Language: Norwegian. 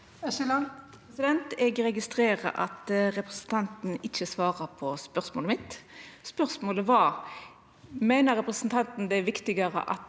Eg registrerer at representanten ikkje svara på spørsmålet mitt. Spørsmålet var: Meiner representanten det er viktigare at